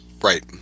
Right